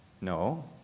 No